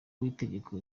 w’itegeko